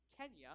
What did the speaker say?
Kenya